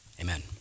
Amen